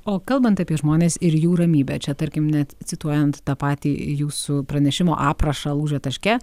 o kalbant apie žmones ir jų ramybę čia tarkim net cituojant tą patį jūsų pranešimo aprašą lūžio taške